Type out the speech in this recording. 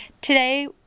Today